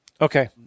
Okay